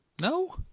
No